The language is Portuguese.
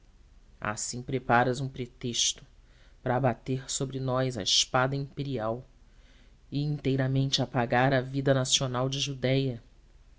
assim preparas um pretexto para abater sobre nós a espada imperial e inteiramente apagar a vida nacional da judéia